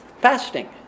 fasting